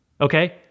okay